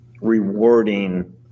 rewarding